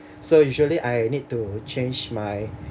so usually I need to change my